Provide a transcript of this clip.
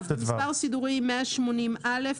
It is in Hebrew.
במספר סידורי 180א,